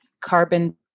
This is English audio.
carbon